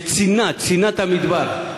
יש צינה, צינת המדבר.